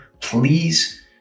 please